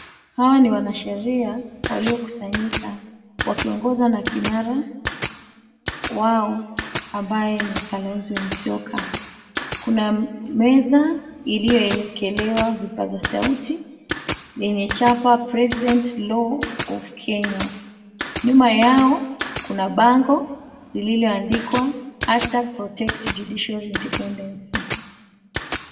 Hawa ni wanasheria waliokusanyika, wakiongozwa na kinara wao, ambaye ni Kalonzo Musyoka. Kuna meza iliyoekelewa vipaza sauti lenye chapa, "President, Law of Kenya". Nyuma yao kuna bango lililoandikwa, "#ProtectJudiciaryIndependence".